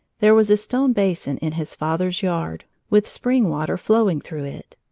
there was a stone basin in his father's yard, with spring water flowing through it.